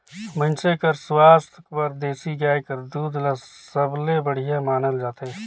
मइनसे कर सुवास्थ बर देसी गाय कर दूद ल सबले बड़िहा मानल जाथे